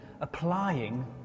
applying